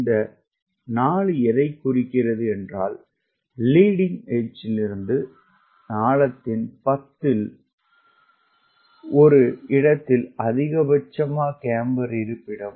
இந்த 4 எதைக் குறிக்கிறது லீடிங் எட்ஜ்லிருந்து நாளத்தின் பத்தில் ஒரு இடத்தில் அதிகபட்ச கேம்பர் இருப்பிடம்